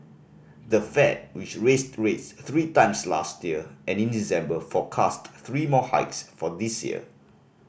the Fed which raised rates three times last year and in December forecast three more hikes for this year